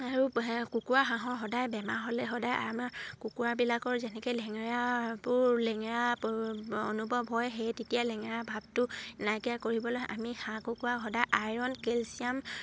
আৰু কুকুৰা হাঁহৰ সদায় বেমাৰ হ'লে সদায় আমাৰ কুকুৰাবিলাকৰ যেনেকে লেঙেৰাৰ লেঙেৰা অনুভৱ হয় সেই তেতিয়া লেঙেৰা ভাৱটো নাইকিয়া কৰিবলৈ আমি হাঁহ কুকুৰা সদায় আইৰণ কেলছিয়াম